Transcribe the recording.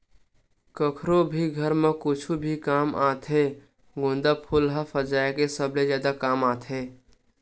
कखरो भी घर म कुछु भी काम आथे गोंदा फूल ह सजाय के सबले जादा काम आथे